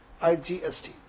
IGST